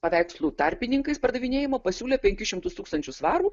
paveikslų tarpininkais pardavinėjimo pasiūlė penkis šimtus tūkstančių svarų